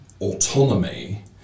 autonomy